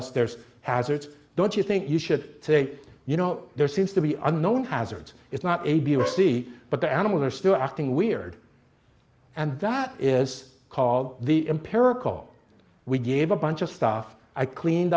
us there's hazards don't you think you should say you know there seems to be unknown hazards is not a b or c but the animal are still acting weird and that is the impera cause we gave a bunch of stuff i cleaned